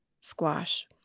squash